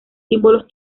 símbolos